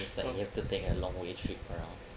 is like you have to take a long way trip around